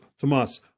Tomas